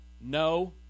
no